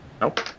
Nope